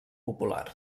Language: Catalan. popular